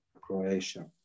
Croatia